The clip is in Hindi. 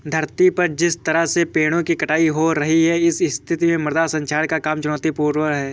धरती पर जिस तरह से पेड़ों की कटाई हो रही है इस स्थिति में मृदा संरक्षण का काम चुनौतीपूर्ण है